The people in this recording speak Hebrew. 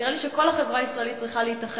נראה לי שכל החברה הישראלית צריכה להתאחד,